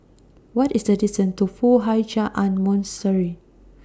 What IS The distance to Foo Hai Ch'An Monastery